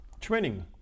training